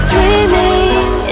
Dreaming